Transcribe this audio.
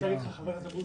חבר הכנסת אבוטבול,